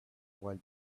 while